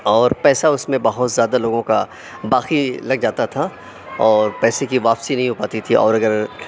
اور پیسہ اُس میں بہت زیادہ لوگوں کا باقی لگ جاتا تھا اور پیسے کی واپسی نہیں ہو پاتی تھی اور اگر